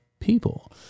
People